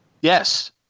Yes